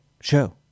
Show